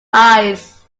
eyes